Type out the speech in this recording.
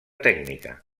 tècnica